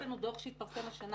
יש לנו דוח שהתפרסם השנה,